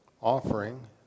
offering